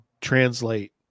translate